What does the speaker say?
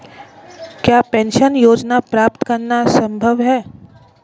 क्या पेंशन योजना प्राप्त करना संभव है?